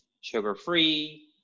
sugar-free